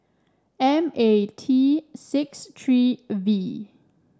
M A T six three V